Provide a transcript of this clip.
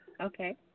Okay